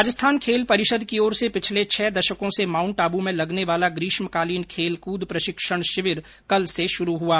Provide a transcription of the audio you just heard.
राजस्थान खेल परिषद की ओर से पिछले छह दशकों से माउन्ट आबू में लगने वाला ग्रीष्मकालीन खेलकूद प्रशिक्षण शिविर कल से शुरू हुआ